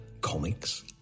Comics